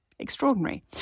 extraordinary